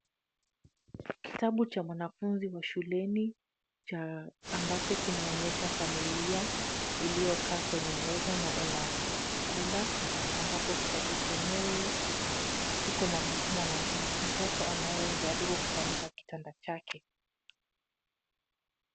Kitabu cha mwanafunzi wa shuleni ambacho kinaonyesha familia iliyokaa kwenye meza na ina kula, ambapo kitabu chenyewe kiko na mtoto anayejaribu kutandika kitanda chake.